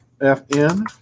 F-N